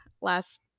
last